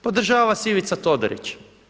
Podržava vas Ivica Todorić.